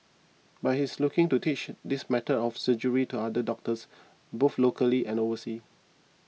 but he is looking to teach this method of surgery to other doctors both locally and overseas